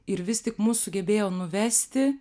ir vis tik mus sugebėjo nuvesti